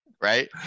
right